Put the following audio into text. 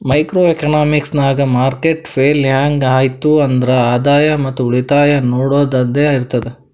micro economics ನಾಗ್ market fail ಹ್ಯಾಂಗ್ ಐಯ್ತ್ ಆದ್ರ ಆದಾಯ ಮತ್ ಉಳಿತಾಯ ನೊಡದ್ದದೆ ಇರ್ತುದ್